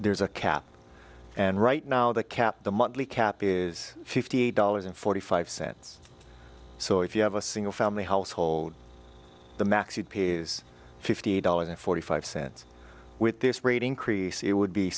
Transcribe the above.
there's a cap and right now the cap the monthly cap is fifty eight dollars and forty five cents so if you have a single family household the max you pays fifty dollars in forty five cents with this rate increase it would be